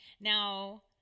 Now